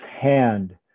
hand